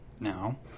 now